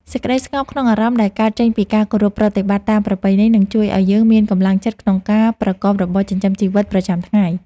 សេចក្តីស្ងប់ក្នុងអារម្មណ៍ដែលកើតចេញពីការគោរពប្រតិបត្តិតាមប្រពៃណីនឹងជួយឱ្យយើងមានកម្លាំងចិត្តក្នុងការប្រកបរបរចិញ្ចឹមជីវិតប្រចាំថ្ងៃ។